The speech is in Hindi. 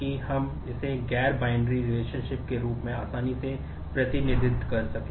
तो प्रोजेक्ट के रूप में आसानी से प्रतिनिधित्व कर सकें